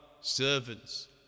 servants